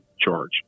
charge